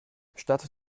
statt